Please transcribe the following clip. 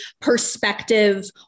perspective